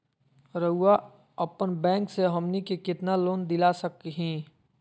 रउरा अपन बैंक से हमनी के कितना लोन दिला सकही?